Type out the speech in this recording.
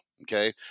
Okay